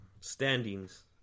Standings